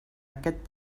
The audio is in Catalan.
aquest